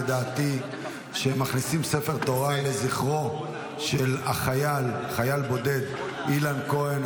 לדעתי ומכניסים ספר תורה לזכרו של החייל הבודד אילן כהן,